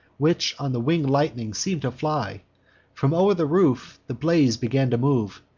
which on the winged lightning seem'd to fly from o'er the roof the blaze began to move,